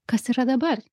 kas yra dabar